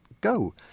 go